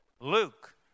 Luke